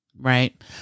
Right